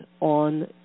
on